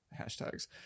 hashtags